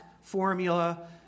formula